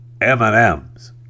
M&M's